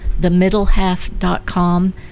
themiddlehalf.com